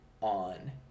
on